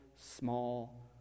small